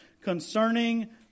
concerning